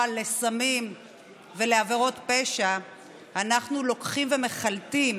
לסמים ולעבירות פשע אנחנו לוקחים ומחלטים